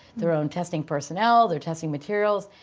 their own testing personnel, their testing materials,